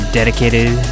dedicated